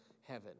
heaven